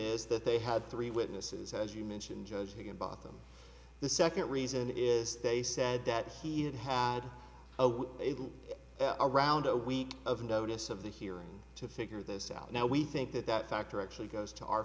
is that they had three witnesses as you mentioned judge higginbotham the second reason is they said that he had had a look around a week of notice of the hearing to figure this out now we think that that factor actually goes to our